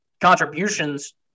contributions